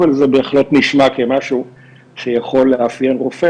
אבל זה בהחלט נשמע כמשהו שיכול לאפיין רופא,